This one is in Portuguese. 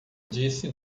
disse